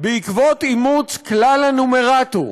בעקבות אימוץ כלל הנומרטור